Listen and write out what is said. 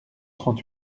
trente